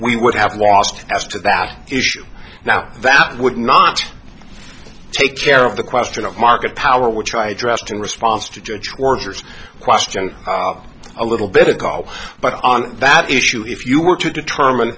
we would have lost as to that issue now that would not take care of the question of market power which i addressed in response to judge orders question a little bit ago but on that issue if you were to determine